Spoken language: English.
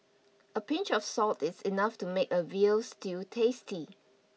a pinch of salt is enough to make a veal stew tasty